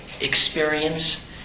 experience